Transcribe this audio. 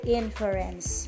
inference